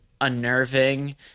unnerving